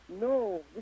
no